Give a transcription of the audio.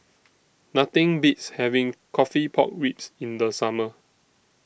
Nothing Beats having Coffee Pork Ribs in The Summer